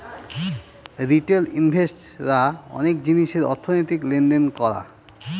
retail invest রা অনেক জিনিসের অর্থনৈতিক লেনদেন করা